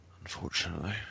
unfortunately